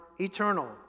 eternal